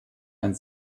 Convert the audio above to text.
ein